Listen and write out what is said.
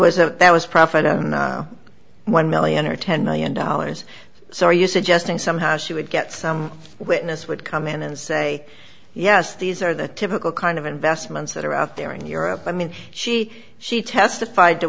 was a that was profit of one million or ten million dollars so are you suggesting somehow she would get some witness would come in and say yes these are the typical kind of investments that are out there in europe i mean she she testified to